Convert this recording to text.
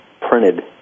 printed